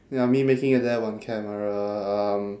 ya me making a dab on camera um